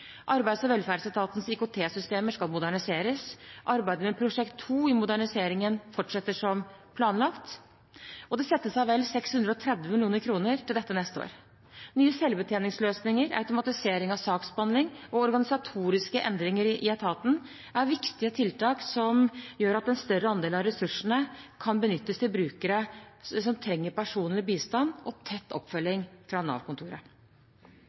Arbeids- og velferdsetatens IKT-systemer skal moderniseres. Arbeidet med Prosjekt 2 i moderniseringen fortsetter som planlagt, og det settes av vel 630 mill. kr til dette neste år. Nye selvbetjeningsløsninger, automatisering av saksbehandling og organisatoriske endringer i etaten er viktige tiltak som gjør at en større andel av ressursene kan benyttes til brukere som trenger personlig bistand og tett oppfølging fra